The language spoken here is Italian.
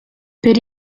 per